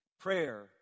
Prayer